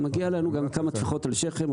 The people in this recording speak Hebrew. מגיע לנו גם כמה טפיחות על השכם,